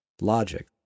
logic